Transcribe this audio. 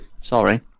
sorry